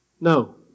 No